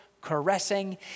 caressing